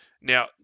Now